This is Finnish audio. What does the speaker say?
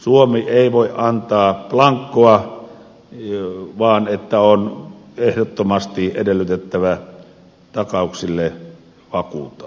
suomi ei voi antaa blankoa vaan on ehdottomasti edellytettävä takauksille vakuutta